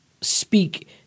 speak